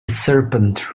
serpent